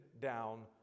down